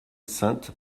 sainte